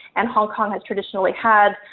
and hong kong has traditionally had,